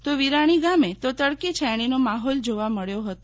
તો વીરાણી ગામે તો તડકી છાંયડીનો માહોલ જોવા મળ્યો હતો